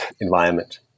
environment